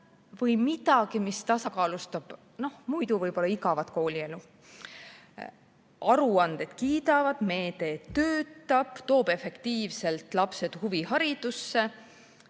või midagi, mis tasakaalustab muidu võib-olla igavat koolielu. Aruanded kiidavad, et meede töötab, toob efektiivselt lapsi huviharidusse.